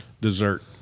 Dessert